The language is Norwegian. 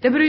Det bør